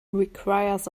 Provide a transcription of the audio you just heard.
requires